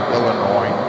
Illinois